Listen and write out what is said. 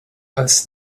als